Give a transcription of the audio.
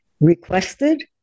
requested